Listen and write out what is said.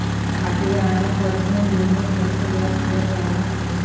खातेदाराला पर्सनल लोनवर जास्त व्याज दर द्यावा लागतो